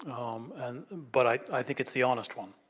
and but, i think it's the honest one,